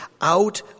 out